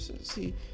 See